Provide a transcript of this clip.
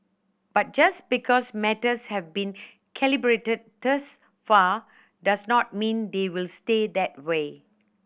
but just because matters have been calibrated thus far does not mean they will stay that way